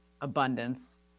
abundance